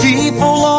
People